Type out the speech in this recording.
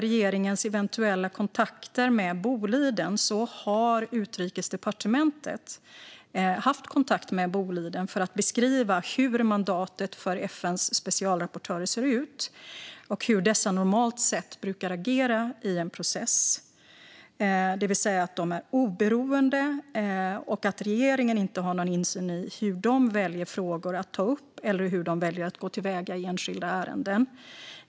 Utrikesdepartementet har haft kontakt med Boliden för att beskriva hur mandatet för FN:s specialrapportörer ser ut och hur dessa rapportörer normalt sett brukar agera i en process, det vill säga att de är oberoende och att regeringen inte har någon insyn i hur de väljer frågor att ta upp eller hur de väljer att gå till väga i enskilda ärenden.